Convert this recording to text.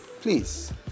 please